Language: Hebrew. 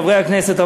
חברי הכנסת,